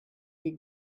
could